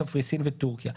קפריסין וטורקיה.